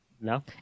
No